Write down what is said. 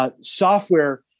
Software